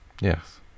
yes